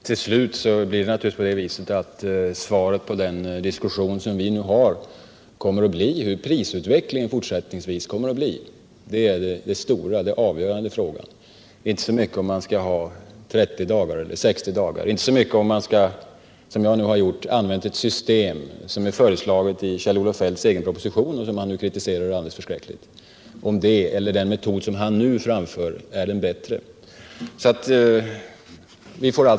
Herr talman! Det avgörande i det här sammanhanget kommer naturligtvis till sist att bli prisutvecklingen. Den utgör den stora och avgörande frågan här, och inte så mycket frågan om man skall ha 30 eller 60 dagar eller om man — som jag nu har föreslagit — skall använda ett sådant här system. Det systemet är f. ö. övrigt föreslaget i en proposition som Kjell-Olof Feldt själv har lagt fram. Nu kritiserar han systemet alldeles förskräckligt och diskuterar om den metod han då föreslog är bättre än den han föreslår i dag.